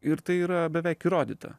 ir tai yra beveik įrodyta